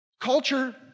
Culture